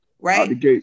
right